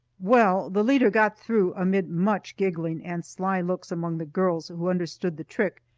well, the leader got through amid much giggling and sly looks among the girls who understood the trick,